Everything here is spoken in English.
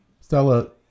Stella